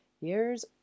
years